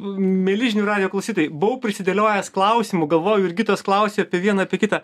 mieli žinių radijo klausytojai buvau prisidėliojęs klausimų galvojau jurgitos klausiu apie vieną apie kitą